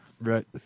Right